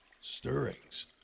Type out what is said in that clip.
Stirrings